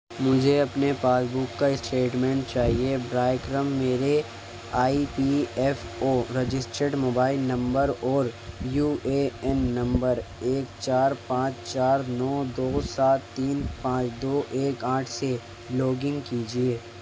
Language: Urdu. مجھے اپنے پاس بک کا اسٹیٹمنٹ چاہیے براہ کرم میرے I P F O registered mobile number اور یو اے این نمبر ایک چار پانچ چار نو دو سات تین پانچ دو ایک آٹھ سے لاگ ان کیجیے